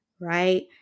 right